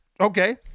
Okay